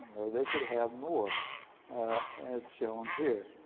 or they could have more as shown here.